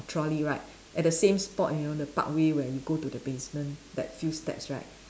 trolley right at the same spot you know the parkway where we go to the basement that few steps right